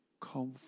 Come